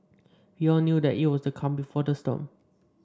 we all knew that it was the calm before the storm